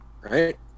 right